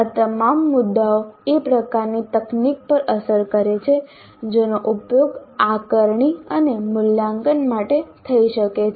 આ તમામ મુદ્દાઓ એ પ્રકારની તકનીક પર અસર કરે છે જેનો ઉપયોગ આકારણી અને મૂલ્યાંકન માટે થઈ શકે છે